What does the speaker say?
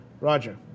Roger